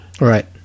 Right